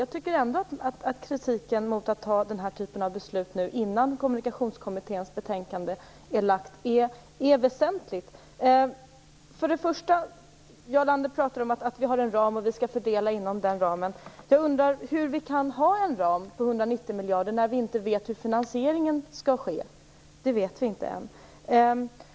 Jag tycker att kritiken mot att fatta den här typen av beslut innan Kommunikationskommitténs betänkande har lagts fram är väsentlig. Jarl Lander pratar om att vi har en ram och att vi skall fördela inom den ramen. Jag undrar hur vi kan ha en ram på 190 miljarder när vi inte vet hur finansieringen skall ske. Det vet vi inte än.